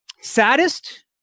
saddest